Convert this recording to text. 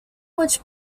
which